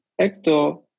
Ecto